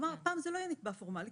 פעם זה לא היה נתבע פורמאלי,